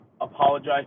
apologize